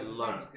love